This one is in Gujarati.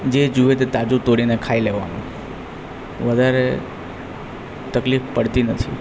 જે જોઈએ તે તાજું તોડીને ખાઈ લેવાનું વધારે તકલીફ પડતી નથી